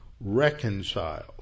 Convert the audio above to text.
reconciled